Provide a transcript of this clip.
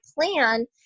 plan